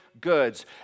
goods